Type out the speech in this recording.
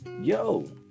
yo